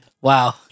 Wow